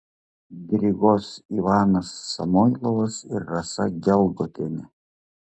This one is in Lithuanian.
diriguos ivanas samoilovas ir rasa gelgotienė